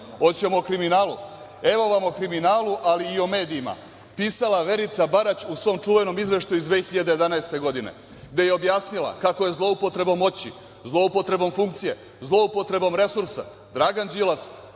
Hoćemo o kriminalu? Evo vam o kriminalu, ali i o medijima. Pisala Verica Barać u svom čuvenom Izveštaju iz 2011. godine, a gde je objasnila kako je zloupotrebom moći, zloupotrebom funkcije, zloupotrebom resursa Dragan Đilas